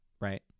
right